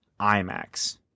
IMAX